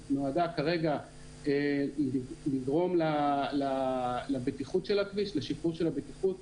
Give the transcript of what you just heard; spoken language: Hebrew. נועדה כרגע לגרום לשיפור הבטיחות של הכביש,